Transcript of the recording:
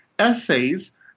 essays